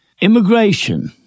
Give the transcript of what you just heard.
immigration